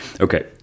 Okay